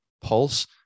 pulse